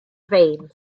veins